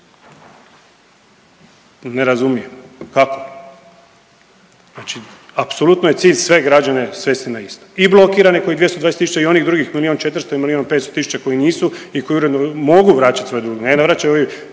Ne razumijem, kako. Znači apsolutno je cilj sve građane svesti na isto i blokirane kojih je 220.000 i onih drugih milijun 500, milijun 500 tisuća koji nisu i koji uredno mogu vraćati svoj dug,